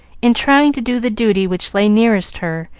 in trying to do the duty which lay nearest her,